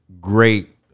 great